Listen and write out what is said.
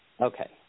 Okay